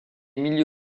milieux